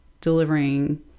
delivering